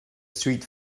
street